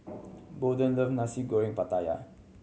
Bolden love Nasi Goreng Pattaya